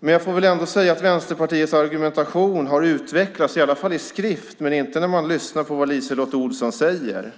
Jag får väl ändå säga att Vänsterpartiets argumentation har utvecklats, i alla fall i skrift men inte med tanke på vad LiseLotte Olsson säger.